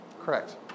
Correct